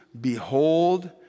behold